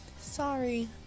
Sorry